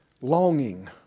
longing